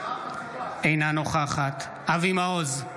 אינה נוכחת אבי מעוז,